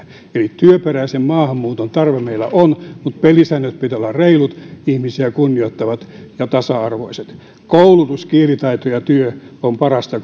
eli työperäisen maahanmuuton tarve meillä on mutta pelisääntöjen pitää olla reilut ihmisiä kunnioittavat ja tasa arvoiset koulutus kielitaito ja työ ovat parasta